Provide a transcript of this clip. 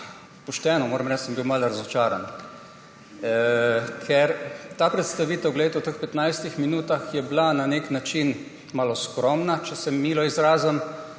pošteno moram reči, da sem bil malo razočaran, ker ta predstavitev v teh 15 minutah je bila malo skromna, če sem milo izrazen,